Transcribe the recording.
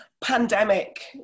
Pandemic